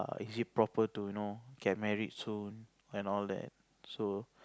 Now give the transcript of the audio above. is it proper to you know get married soon and all that so